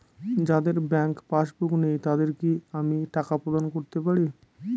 যাদের bank passbook নেই তাদের কি আমি টাকা প্রদান করতে পারি?